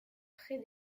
près